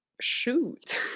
shoot